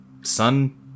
sun